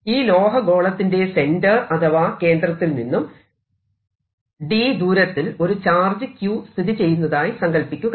ഈ ലോഹ ഗോളത്തിന്റെ സെന്റർ അഥവാ കേന്ദ്രത്തിൽ നിന്നും d ദൂരത്തിൽ ഒരു ചാർജ് q സ്ഥിതിചെയ്യുന്നതായി സങ്കൽപ്പിക്കുക